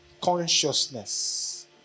consciousness